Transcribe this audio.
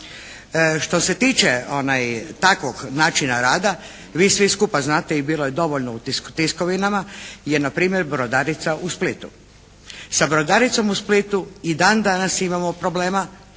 Što se tiče takvog načina rada vi svi skupa znate i bilo je dovoljno u tiskovinama je na primjer Brodarica u Splitu. Sa Brodaricom u Splitu i dan danas imamo problema